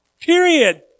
Period